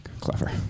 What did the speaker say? Clever